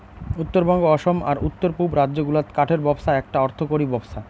উত্তরবঙ্গ, অসম আর উত্তর পুব রাজ্য গুলাত কাঠের ব্যপছা এ্যাকটা অর্থকরী ব্যপছা